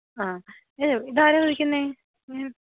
ആ ഏ ഇതാരാ വിളിക്കുന്നത്